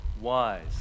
wise